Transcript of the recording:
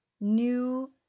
new